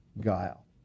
guile